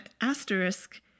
Asterisk